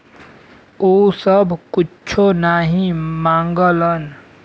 उ सब कुच्छो नाही माँगलन